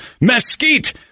mesquite